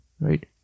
right